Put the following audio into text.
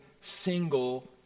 single